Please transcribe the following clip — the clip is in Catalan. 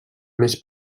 més